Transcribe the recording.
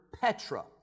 Petra